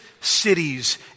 cities